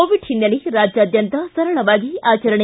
Covid ಹಿನ್ನೆಲೆ ರಾಜ್ಯಾದ್ಯಂತ ಸರಳವಾಗಿ ಆಚರಣೆ